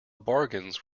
bargains